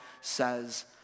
says